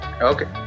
Okay